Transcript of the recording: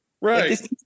right